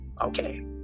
Okay